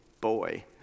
boy